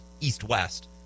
East-West